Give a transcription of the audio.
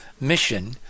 mission